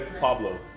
Pablo